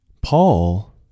Paul